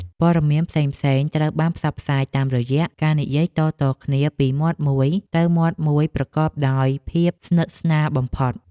ព័ត៌មានផ្សេងៗត្រូវបានផ្សព្វផ្សាយតាមរយៈការនិយាយតៗគ្នាពីមាត់មួយទៅមាត់មួយប្រកបដោយភាពស្និទ្ធស្នាលបំផុត។